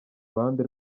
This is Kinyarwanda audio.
ruhande